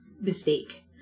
mistake